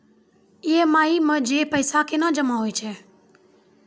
EMI मे जे पैसा केना जमा होय छै?